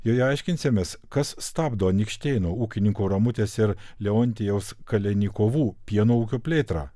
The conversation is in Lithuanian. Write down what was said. joje aiškinsimės kas stabdo anykštėnų ūkininkų ramutės ir leontijaus kalinekovų pieno ūkių plėtrą